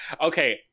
Okay